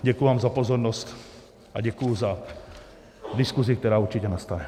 Děkuji vám za pozornost a děkuji za diskuzi, která určitě nastane.